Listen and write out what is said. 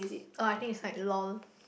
oh I think it's like lol